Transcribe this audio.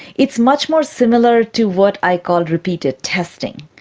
it's much more similar to what i call repeated testing,